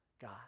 God